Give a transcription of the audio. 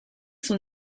son